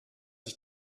ich